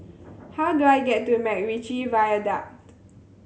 how do I get to MacRitchie Viaduct